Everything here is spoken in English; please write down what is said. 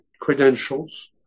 credentials